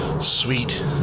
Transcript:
sweet